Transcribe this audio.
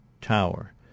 tower